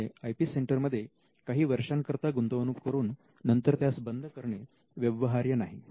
त्यामुळे I P सेंटरमध्ये काही वर्षा करता गुंतवणूक करून नंतर त्यास बंद करणे व्यवहार्य नाही